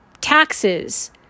taxes